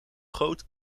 groot